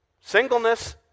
singleness